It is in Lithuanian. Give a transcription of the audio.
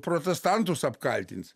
protestantus apkaltins